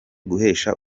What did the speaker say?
guhesha